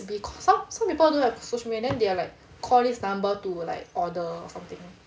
some some people don't have social media then they're like call this number to like order or something